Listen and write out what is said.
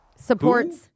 supports